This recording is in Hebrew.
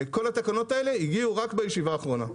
כל התקנות האלה הגיעו רק בישיבה האחרונה,